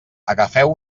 agafeu